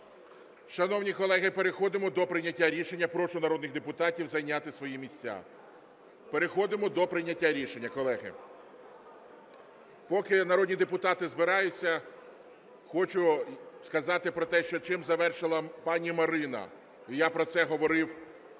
Шановні колеги, переходимо до прийняття рішення. Прошу народних депутатів зайняти свої місця. Переходимо до прийняття рішення, колеги. Поки народні депутати збираються, хочу сказати про те, чим завершила пані Марина, і я про це говорив на